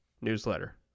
newsletter